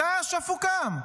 מתי אש"ף הוקם?